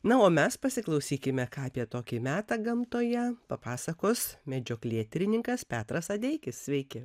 na o mes pasiklausykime ką apie tokį metą gamtoje papasakos medžioklėtyrininkas petras adeikis sveiki